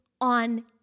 on